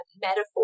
metaphor